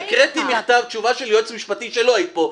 הקראתי מכתב תשובה של יועץ משפטי כשלא היית פה,